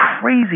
crazy